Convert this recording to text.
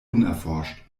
unerforscht